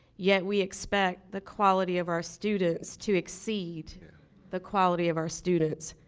yet we expect the quality of our students to exceed the quality of our students.